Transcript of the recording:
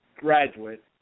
graduate